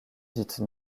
dite